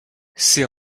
ses